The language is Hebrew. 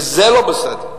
וזה לא בסדר.